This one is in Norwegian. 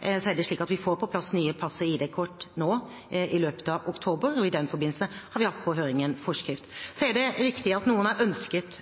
er det slik at vi får på plass nye pass og ID-kort nå i løpet av oktober, og i den forbindelse har vi hatt på høring en forskrift. Så er det riktig at noen har ønsket